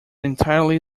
entirely